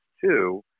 two